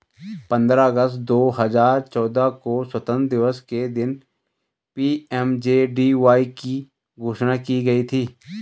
पंद्रह अगस्त दो हजार चौदह को स्वतंत्रता दिवस के दिन पी.एम.जे.डी.वाई की घोषणा की गई थी